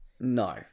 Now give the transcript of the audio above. no